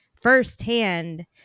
firsthand